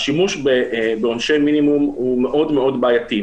השימוש בעונשי מינימום הוא מאוד מאוד בעייתי.